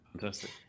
Fantastic